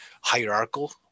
hierarchical